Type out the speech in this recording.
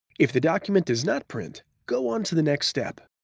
if the document does not print, go on to the next step.